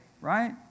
right